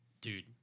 dude